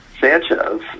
Sanchez